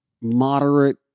moderate